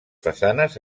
façanes